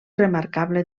remarcable